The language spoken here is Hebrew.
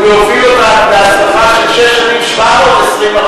ולהוביל אותה בהצלחה של שש שנים,720%.